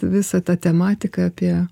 visa ta tematika apie